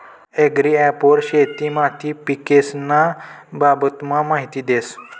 agri app वर शेती माती पीकेस्न्या बाबतमा माहिती देस